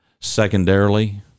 Secondarily